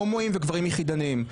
הומואים וגברים יחידניים.